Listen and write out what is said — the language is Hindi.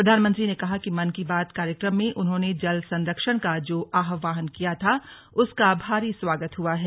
प्रधानमंत्री ने कहा कि मन की बात कार्यक्रम में उन्होंने जल संरक्षण का जो आह्वान किया था उसका भारी स्वागत हुआ है